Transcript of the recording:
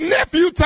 Nephew